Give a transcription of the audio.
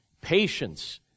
Patience